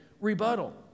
rebuttal